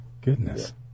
goodness